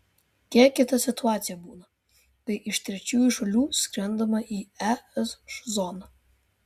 kiek kita situacija būna kai iš trečiųjų šalių skrendama į es zoną